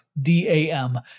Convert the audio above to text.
D-A-M